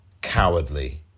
cowardly